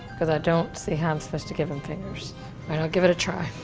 cause i don't see how i'm suppose to give him fingers. alright, i'll give it a try.